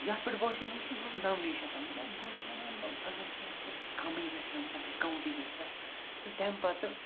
یَتھ پٮ۪ٹھ باسیو مےٚ سُہ مطلب نَونٕے شتن مطلب بہٕ حظ چھُس وَنان ملب اگر کیٚنٛہہ مطلب کمٕے گژھِ ہہ مطلب ڈِسکاوُنٛٹٕے گژھِ ہہ تہٕ تَمہِ پتہٕ